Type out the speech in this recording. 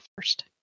first